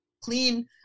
clean